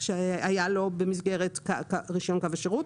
שהיו לו במסגרת רישיון קו השירות.